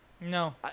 No